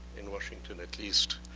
in washington at least.